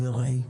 התשנ"ה-1995,